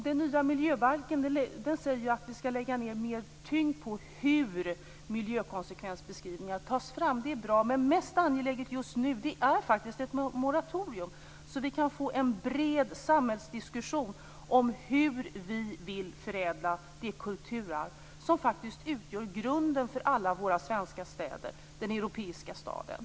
Den nya miljöbalken säger att vi skall lägga ned mera tyngd på hur miljökonsekvensbeskrivningar tas fram, och det är bra. Men mest angeläget just nu är ett moratorium så att vi kan få en bred samhällsdiskussion om hur vi vill förädla det kulturarv som faktiskt utgör grunden för alla svenska städer, för den europeiska staden.